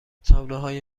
تابلوهای